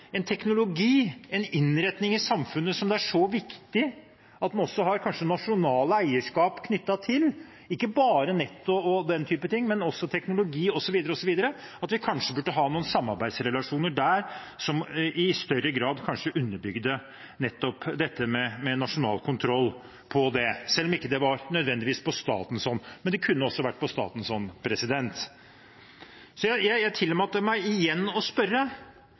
en teknologi og en innretning i samfunnet som det er så viktig at en har nasjonalt eierskap til – ikke bare når det gjelder nettet og den typen ting, men også teknologi osv. – at vi burde ha noen samarbeidsrelasjoner som i større grad underbygde det med nasjonal kontroll, ikke nødvendigvis på statens hånd, men det kunne også vært på statens hånd? Jeg tillater meg igjen å spørre